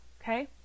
Okay